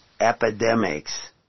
epidemics